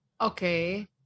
Okay